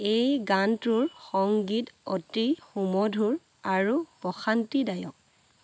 এই গানটোৰ সংগীত অতি সুমধুৰ আৰু প্ৰশান্তিদায়ক